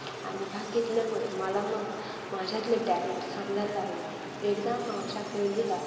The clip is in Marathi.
आणि भाग घेतल्यामुळे मला मग माझ्यातले टॅलेंट समजायला लागले एकदा माझ्या पहिलीला